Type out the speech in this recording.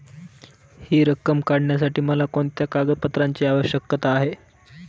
हि रक्कम काढण्यासाठी मला कोणत्या कागदपत्रांची आवश्यकता आहे?